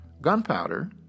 Gunpowder